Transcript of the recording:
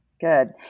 Good